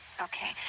Okay